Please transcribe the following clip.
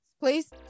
please